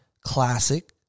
Classic